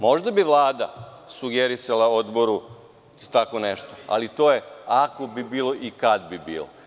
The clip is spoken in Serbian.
Možda bi Vlada sugerisala odboru tako nešto, ali to je ako bi bilo i kad bi bilo.